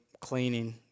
cleaning